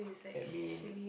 admin